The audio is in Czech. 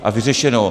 A vyřešeno.